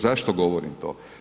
Zašto govorim to?